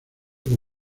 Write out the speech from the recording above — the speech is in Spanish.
como